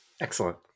Excellent